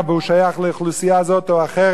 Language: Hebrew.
בין שהוא שייך לאוכלוסייה זאת או אחרת,